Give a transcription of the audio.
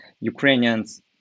Ukrainians